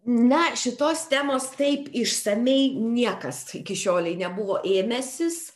ne šitos temos taip išsamiai niekas iki šiolei nebuvo ėmęsis